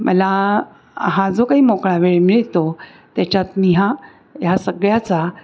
मला हा जो काही मोकळा वेळ मिळतो त्याच्यात मी ह्या ह्या सगळ्याचा